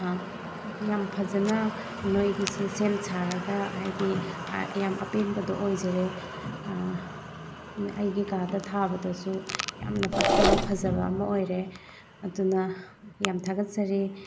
ꯌꯥꯝ ꯐꯖꯅ ꯅꯣꯏꯒꯤꯁꯤ ꯁꯦꯝ ꯁꯥꯔꯒ ꯍꯥꯏꯗꯤ ꯌꯥꯝ ꯑꯄꯦꯟꯕꯗꯣ ꯑꯣꯏꯖꯔꯦ ꯑꯩꯒꯤ ꯀꯥꯗ ꯊꯥꯕꯗꯁꯨ ꯌꯥꯝꯅ ꯄꯛꯆꯕ ꯐꯖꯕ ꯑꯃ ꯑꯣꯏꯔꯦ ꯑꯗꯨꯅ ꯌꯥꯝ ꯊꯥꯒꯠꯆꯔꯤ